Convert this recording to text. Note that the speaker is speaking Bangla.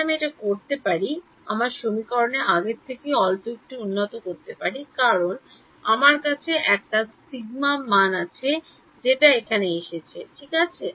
তাহলে আমি এটা করতে পারি আমার সমীকরণটি আগের থেকে অল্প একটু উন্নত করতে পারি কারণ আমার কাছে একটা মান আছে যেটা এখানে এসেছে ঠিক আছে